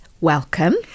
Welcome